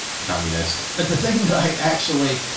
communist. but the thing that i actually,